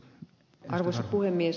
arvoisa puhemies